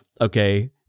Okay